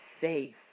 safe